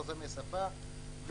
חסמי שפה,